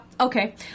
okay